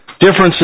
differences